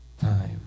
time